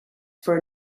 for